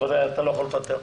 אבל אתה לא יכול לפטר.